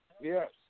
yes